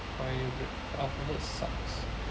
my alphabet sucks